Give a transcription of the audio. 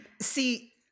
See